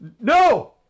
No